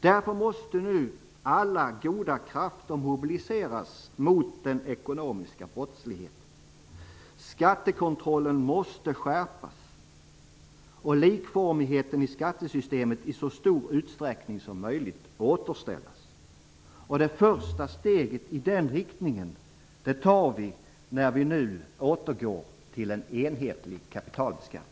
Därför måste nu alla goda krafter mobiliseras mot den ekonomiska brottsligheten. Skattekontrollen måste skärpas, och likformigheten i skattesystemet i så stor utsträckning som möjligt återställas. Det första steget i den riktningen tar vi när vi nu återgår till en enhetlig kapitalbeskattning.